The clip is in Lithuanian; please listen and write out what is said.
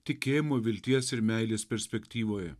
tikėjimo vilties ir meilės perspektyvoje